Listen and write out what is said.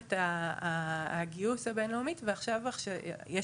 ליכולת הגיוס הבין-לאומית ועכשיו יש